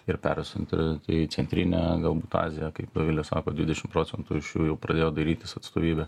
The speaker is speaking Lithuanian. ir perstumti į centrinę galbūt aziją kaip dovilė sako dvidešimt procentų iš jų jau pradėjo dairytis atstovybę